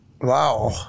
Wow